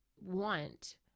want